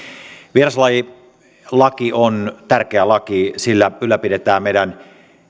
vieraslajilaki on tärkeä laki sillä ylläpidetään meidän